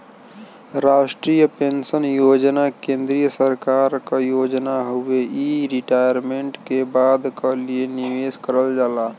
राष्ट्रीय पेंशन योजना केंद्रीय सरकार क योजना हउवे इ रिटायरमेंट के बाद क लिए निवेश करल जाला